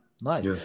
nice